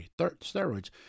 steroids